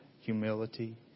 humility